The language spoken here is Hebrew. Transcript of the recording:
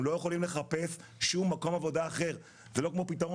הם לא יכולים לחפש שום מקום עבודה אחר ולא כמו פתרון